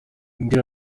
imbwa